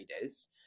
days